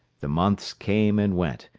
the months came and went,